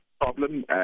Problem